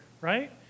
right